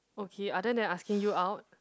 okay other then asking you out